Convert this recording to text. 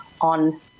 on